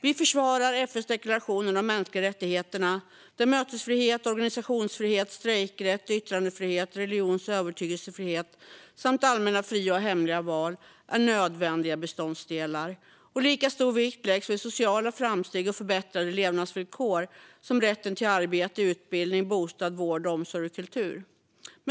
Vi försvarar FN:s deklaration om de mänskliga rättigheterna, där mötesfrihet, organisationsfrihet, strejkrätt, yttrandefrihet, religions och övertygelsefrihet samt allmänna, fria och hemliga val är nödvändiga beståndsdelar. Lika stor vikt läggs vid sociala framsteg och förbättrade levnadsvillkor, som rätten till arbete, utbildning, bostad, vård, omsorg och kultur.